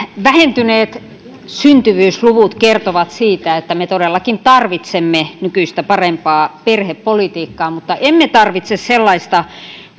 vähentyneet syntyvyysluvut kertovat siitä että me todellakin tarvitsemme nykyistä parempaa perhepolitiikkaa mutta emme tarvitse sellaista